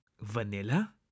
vanilla